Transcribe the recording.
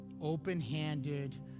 open-handed